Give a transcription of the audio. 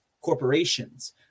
corporations